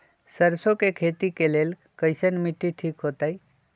सरसों के खेती के लेल कईसन मिट्टी ठीक हो ताई?